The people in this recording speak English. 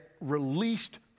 released